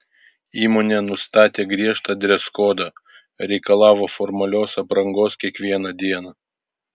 įmonė nustatė griežtą dreskodą reikalavo formalios aprangos kiekvieną dieną